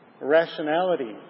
rationality